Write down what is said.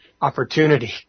opportunity